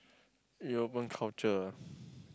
you open culture ah